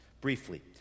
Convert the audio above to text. Briefly